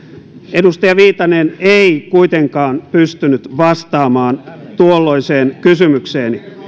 edustaja viitanen ei kuitenkaan pystynyt vastaamaan tuolloiseen kysymykseeni